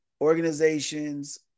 organizations